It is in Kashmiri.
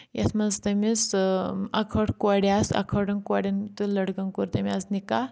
یَتھ منٛز تٔمِس اکھ ہٲٹھ کورِ آسہٕ اکھ ہٲڑؠن کورؠن تہٕ لٔڑکَن کوٚر تٔمۍ حظ نکاح